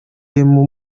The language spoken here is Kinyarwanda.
emu